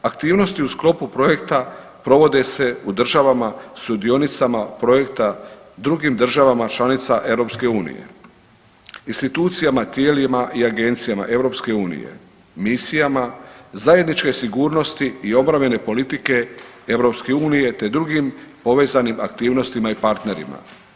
Aktivnosti u sklopu projekta provode se u državama sudionicama projekta drugim državama članica EU, institucijama, tijelima i agencijama EU, misijama, zajedničke sigurnosti i obrambene politike EU, te drugim povezanim aktivnostima i partnerima.